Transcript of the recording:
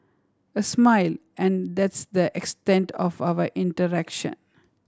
a smile and that's the extent of our interaction